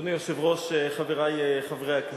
אדוני היושב-ראש, חברי חברי הכנסת,